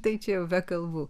tai čia jau be kalbų